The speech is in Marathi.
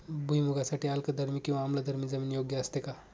भुईमूगासाठी अल्कधर्मी किंवा आम्लधर्मी जमीन योग्य असते का?